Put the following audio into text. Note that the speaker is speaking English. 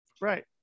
right